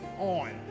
on